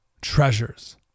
treasures